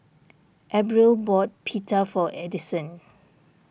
Abril bought Pita for Addyson